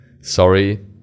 sorry